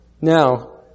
Now